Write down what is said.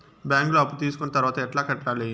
బ్యాంకులో అప్పు తీసుకొని తర్వాత ఎట్లా కట్టాలి?